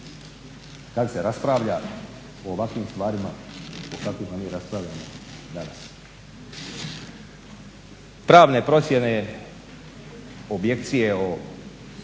kada se raspravlja o ovakvim stvarima o kakvima mi raspravljamo danas. Pravne procjene objekcije o